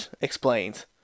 explains